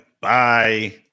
Bye